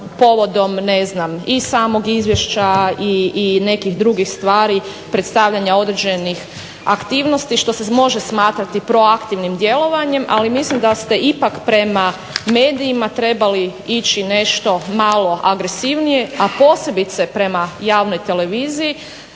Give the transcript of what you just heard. povodom ne znam i samog izvješća i nekih drugih stvari, predstavljanja određenih aktivnosti što se može smatrati proaktivnim djelovanjem, ali mislim da ste ipak prema medijima trebali ići nešto malo agresivnije, a posebice prema javnoj televiziji